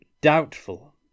doubtful